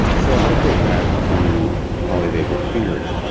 so i go back to polyvagal theory.